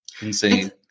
insane